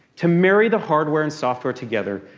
to marry the hardware and software together,